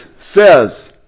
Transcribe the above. says